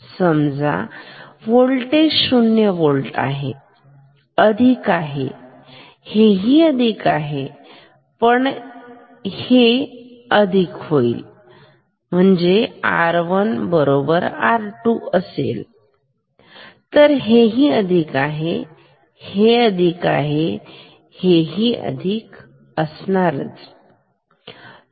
समजा voltage 0 volt आहे अधिक आहेहे ही अधिक आहे तर हे पण अधिक होईल जर R1R2 असेल तर हे ही अधिक आहे तर हे अधिक हे अधिक आणि हे ही अधिक असणार